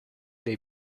dei